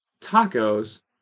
tacos